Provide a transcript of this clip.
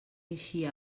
eixir